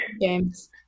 games